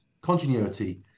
continuity